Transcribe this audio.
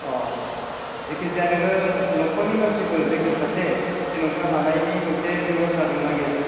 जेखि जाया नोङो नखरनि मानसिफोर जायखिया सासे थिनहरनो हानायनि मोनसे बेब'स्था दंना गैया